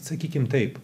sakykim taip